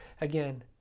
again